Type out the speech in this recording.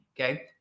okay